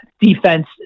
defense